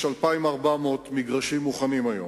2,400 מגרשים מוכנים היום,